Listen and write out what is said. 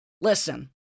Listen